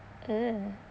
ugh